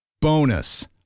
Bonus